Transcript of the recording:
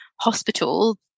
hospital